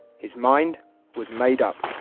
his mind was made up.